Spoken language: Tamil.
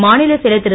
மாநிலச் செயலர் திரு